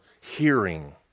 hearing